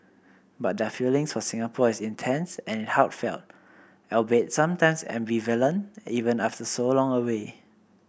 but their feelings for Singapore is intense and heartfelt albeit sometimes ambivalent even after so long away